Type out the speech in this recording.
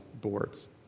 boards